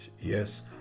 Yes